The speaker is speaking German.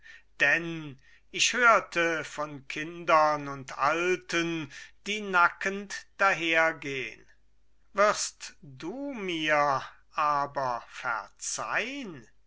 denn ich hörte von kindern und alten die nackend dahergehn wirst du mir aber verzeihn